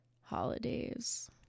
holidays